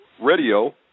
radio